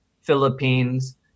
Philippines